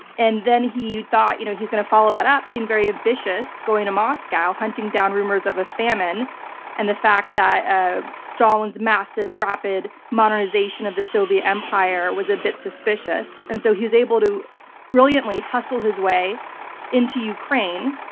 and then he thought-he you know wa going to follow that up, being very ambitious, going to moscow, hunting down rumors of a famine and the fact that ah stalin's massive rapid modernization of the soviet empire was a bit suspicious. and so he was able to brilliantly hustle his way into ukraine,